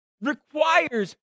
requires